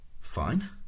Fine